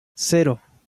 cero